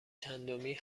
چندمی